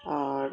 আর